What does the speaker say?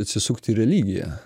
atsisukt į religiją